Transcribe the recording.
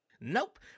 Nope